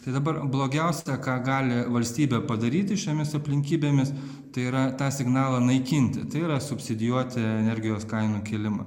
tai dabar blogiausia ką gali valstybė padaryti šiomis aplinkybėmis tai yra tą signalą naikinti tai yra subsidijuoti energijos kainų kilimą